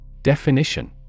Definition